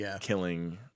killing